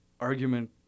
argument